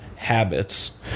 habits